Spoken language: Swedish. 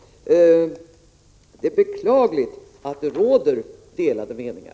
Det är beklagligt att det råder delade meningar.